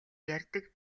ярьдаг